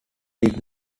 did